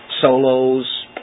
solos